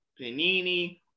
panini